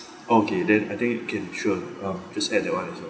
okay then I think can sure uh just add that one as well